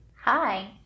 Hi